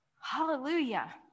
Hallelujah